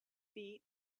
feet